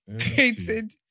created